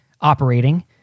operating